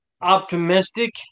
optimistic